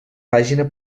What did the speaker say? pàgina